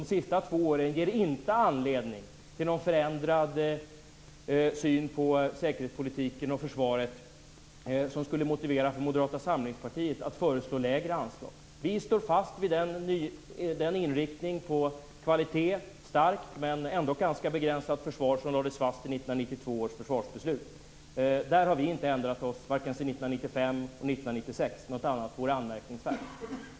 De senaste två åren ger inte anledning till någon förändrad syn på säkerhetspolitiken och försvaret som skulle motivera Moderata samlingspartiet att föreslå lägre anslag. Vi står fast vid den inriktning på kvalitet, ett starkt men ändå ganska begränsat försvar, som lades fast i 1992 års försvarsbeslut. På den punkten har vi inte ändrat oss vare sig sedan 1995 eller 1996. Något annat vore anmärkningsvärt.